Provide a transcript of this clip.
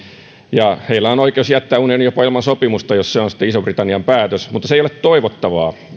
ja heillä on oikeus jättää unioni jopa ilman sopimusta jos se sitten on ison britannian päätös mutta se ei ole toivottavaa